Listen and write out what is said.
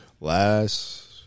Last